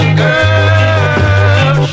girl